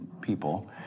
people